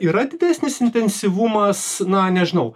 yra didesnis intensyvumas na nežinau